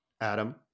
Adam